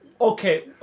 Okay